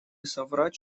соврать